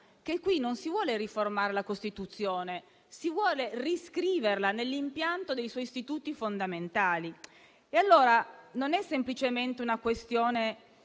che qui non si vuole riformare la Costituzione, ma riscriverla nell'impianto dei suoi istituti fondamentali. Allora non è semplicemente una questione